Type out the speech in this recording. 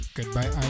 Goodbye